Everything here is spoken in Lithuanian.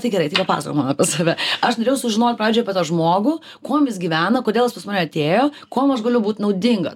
tai gerai tai papasakok man apie save aš norėjau sužinot pavyzdžiui apie tą žmogų kuom jis gyvena kodėl jis pas mane atėjo kuom aš galiu būt naudinga